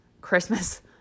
Christmas